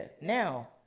Now